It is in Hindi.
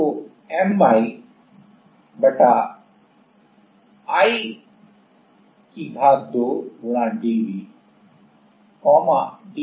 तो M y I 2 dV dAd x है